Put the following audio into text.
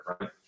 right